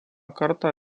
kartą